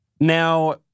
Now